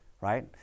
right